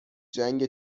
جنگ